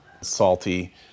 salty